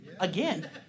again